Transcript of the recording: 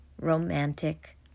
romantic